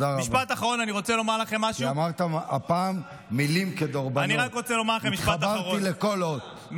כי אמרת הפעם מילים כדורבנות, התחברתי לכל אות.